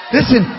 Listen